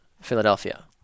Philadelphia